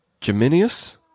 Geminius